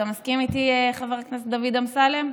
אתה מסכים איתי, חבר הכנסת דוד אמסלם?